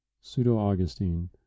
Pseudo-Augustine